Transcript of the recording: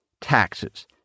taxes